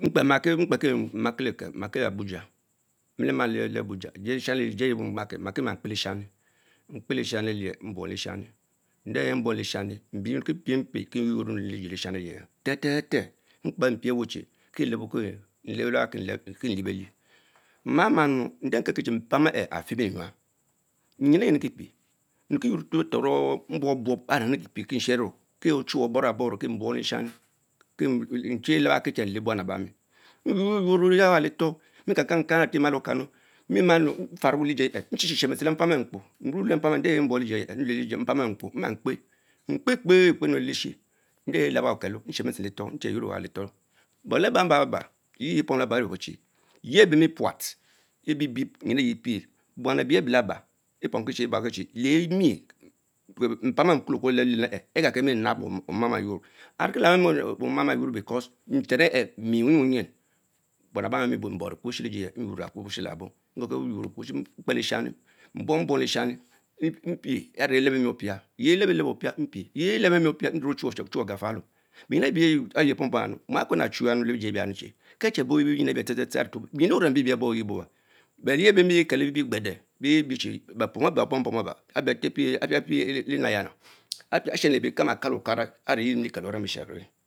Mkpe ma leken, mmaakie abuja, emice maa nu le Abuja, mmakie kpe leshani mapers leshani clich, mbwong lephani ndeh buong lestiain mber, mekic pie mpie kie nywer enas le leshanin eyeh theh theh theh mkpeh mpic wuchie kie leba kie lebelle, mamany Oboral chh nde kekel cire mpami afimie Enyam, nyin ehh yie mèki pie nricki yuor enu torch Aked mbuob buob aretor kil olunare Ecie buong leshami, kie eleba kie nleh buam e'bami, mie- yurr your yuorr you ewa le for mie kang kang kang aremalokann mie manu, schue faro nishon le mpxam elah kpo, ma le mpam ehh njice elebo nhueh le-mpam ehh kpo mma kpe; mkpe kpe kpe enuleshie nde leba okelo, Anche yuorr ensa lelor, but leba ba-ba-ba yie yeh pomu laba iruokie-chie yeh beh meech punt florbre nyin the f eyir pie, but buan ebeyen abe lakon lets pon hie eyelasa, lemie mpown enh the Kalie kuo le len enn ein zien. agakemie nab le oman, moms yword, arekie nabeh mie ama because th enhe me wuyis winyin ban thbamie beh mis baie mieboor ckutueshi lesh lejuje mie mbon exubishie ens labo ngorkie nywon mikpeleshamis monong buny lechami mpren are lebemie opra, yuh eleber mie opis mpien, yohh elebebemu opiah pruch ochave chie agafalo, berrin ebie pom pom ebianunu, muakwen ovem ny! achnya leh jie yahun kechine bob bernyim ebia, teetse tre, biengin bien abobete bob bo, but yeh ebe bemeh kel-lebee pe gbeden fbie cue bepom eben apompom aber apie le enenaya nunu ah tshen lebeh kie ma Kalo Okara are yeh emile kel orema eshero.